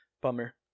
Bummer